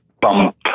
bump